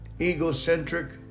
egocentric